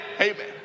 Amen